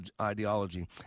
ideology